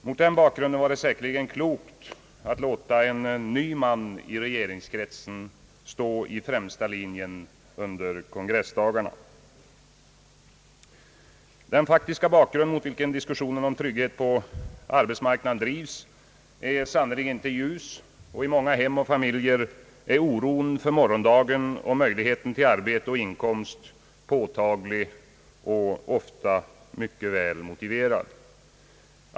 Mot den bakgrunden var det säkerligen klokt att låta en ny man i regeringskretsen stå i främsta linjen under kongressdagarna. Den faktiska bakgrund mot vilken diskussionen om trygghet på arbetsmarknaden drivs är sannerligen inte ljus. I många hem och familjer är oron för morgondagen och för möjligheten till arbete och inkomst påtaglig och ofta väl motiverad.